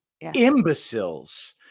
imbeciles